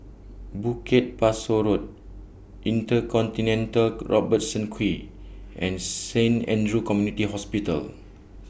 Bukit Pasoh Road InterContinental Robertson Quay and Saint Andrew's Community Hospital